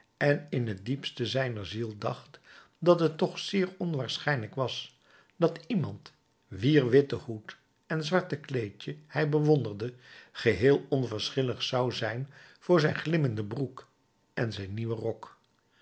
en in t diepst zijner ziel dacht dat het toch zeer onwaarschijnlijk was dat iemand wier witten hoed en zwart kleedje hij bewonderde geheel onverschillig zou zijn voor zijn glimmende broek en zijn nieuwen rok